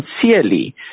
sincerely